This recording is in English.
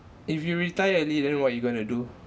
if you retire early then what are you going to do